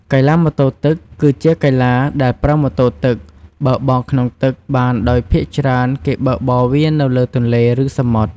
កីឡាម៉ូតូទឹក គឺជាកីឡាដែលប្រើម៉ូតូទឹកបើកបរក្នុងទឹកបានដោយភាគច្រើនគេបើកបរវានៅលើទន្លេ ឬសមុទ្រ។